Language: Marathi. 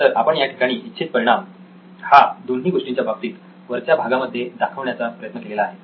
तर आपण या ठिकाणी इच्छित परिणाम हा दोन्ही गोष्टींच्या बाबतीत वरच्या भागामध्ये दाखवण्याचा प्रयत्न केलेला आहे